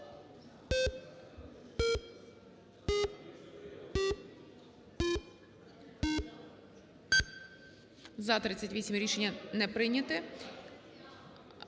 За-38 Рішення не прийнято.